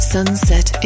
Sunset